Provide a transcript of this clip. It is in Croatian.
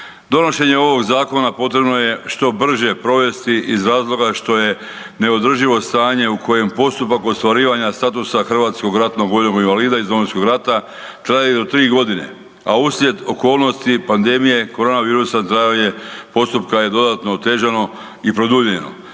Donošenjem ovog zakona potrebno je što brže provesti iz razloga što je neodrživo stanje u kojem postupak ostvarivanja statusa HRVI iz Domovinskog rata traje do tri godine, a uslijed okolnosti pandemije korona virusa trajanje postupka je dodatno otežano i produljeno